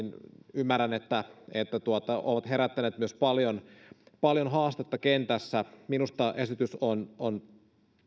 ymmärrän että että ne ovat herättäneet myös paljon paljon haastetta kentässä minusta esitys on on